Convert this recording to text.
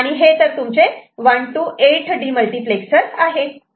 आणि हे तुमचे 1 to 8 डीमल्टिप्लेक्सर आहे